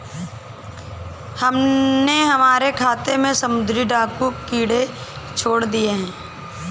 हमने हमारे खेत में समुद्री डाकू कीड़े छोड़ दिए हैं